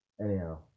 Anyhow